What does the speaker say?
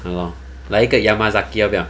!hannor! 来一个 yamazaki 要不要